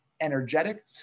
energetic